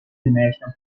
dimensional